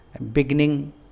beginning